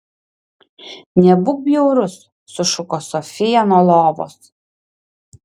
nebūk bjaurus sušuko sofija nuo lovos